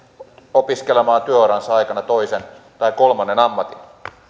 opiskelemaan työuransa aikana toisen tai kolmannen ammatin